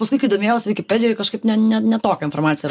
paskui kai domėjaus vikipedijoj kažkaip ne ne ne tokią informaciją